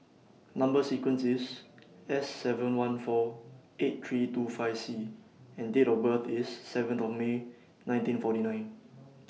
Number sequence IS S seven one four eight three two five C and Date of birth IS seventh of May nineteen forty nine